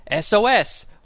SOS